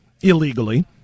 illegally